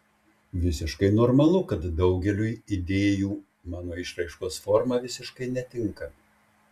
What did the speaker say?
visiškai normalu kad daugeliui idėjų mano išraiškos forma visiškai netinka